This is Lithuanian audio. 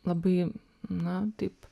labai na taip